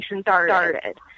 started